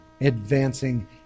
advancing